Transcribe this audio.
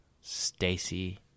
Stacy